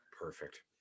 Perfect